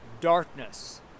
darkness